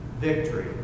victory